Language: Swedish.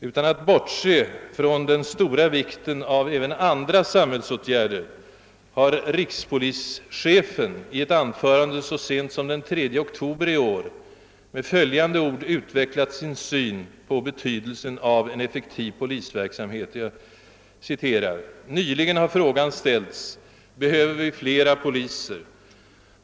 Utan att bortse från den stora vikten av även andra samhällsåtgärder har rikspolischefen i ett anförande så sent som den 3 oktober i år i följande ord utvecklat sin syn på betydelsen av en effektiv polisverksamhet: »Nyligen har frågan ställts: Behöver vi flera poliser?